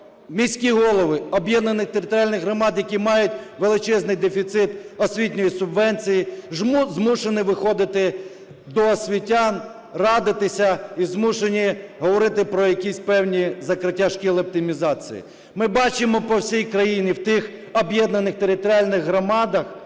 міські голови об'єднаних територіальних громад, які мають величезний дефіцит освітньої субвенції, змушені виходити до освітян радитися і змушені говорити про якісь певні закриття шкіл, оптимізацію. Ми бачимо по всій країні в тих об'єднаних територіальних громадах,